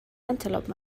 antelope